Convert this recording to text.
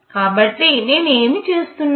కాబట్టి నేను ఏమి చేస్తున్నాను